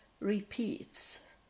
repeats